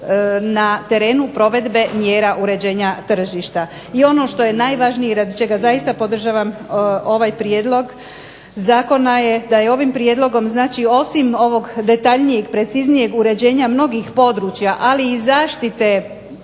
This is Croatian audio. na terenu provedbe mjera uređenja tržišta. I ono što je najvažnije i radi čega zaista podržavam ovaj prijedlog zakona je da je ovim prijedlogom znači osim ovog detaljnijeg, preciznijeg uređenja mnogih područja, ali i zaštite